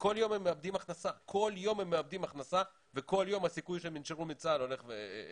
וכל יום הם מאבדים הכנסה וכל יום הסיכוי שהם ינשרו מצה"ל הולך וגדל.